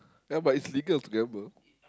ya but it's legal to gamble